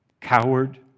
coward